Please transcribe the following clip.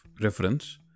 reference